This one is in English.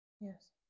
Yes